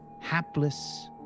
hapless